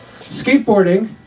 skateboarding